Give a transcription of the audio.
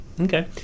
Okay